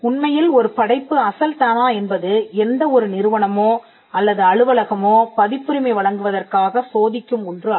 உண்மையில் ஒரு படைப்பு அசல் தானா என்பது எந்த ஒரு நிறுவனமோ அல்லது அலுவலகமோ பதிப்புரிமை வழங்குவதற்காக சோதிக்கும் ஒன்று அல்ல